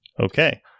Okay